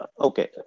Okay